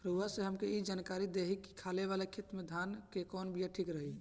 रउआ से हमके ई जानकारी देई की खाले वाले खेत धान के कवन बीया ठीक होई?